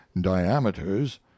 diameters